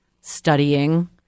studying